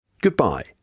Goodbye